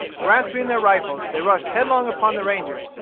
grasping their rifles, they rushed headlong upon the rangers,